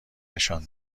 نشان